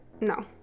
No